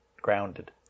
grounded